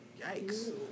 Yikes